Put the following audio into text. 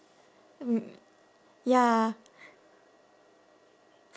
ya